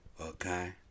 Okay